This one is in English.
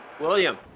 William